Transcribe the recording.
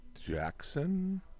Jackson